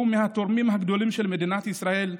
שהוא מהתורמים הגדולים של מדינת ישראל,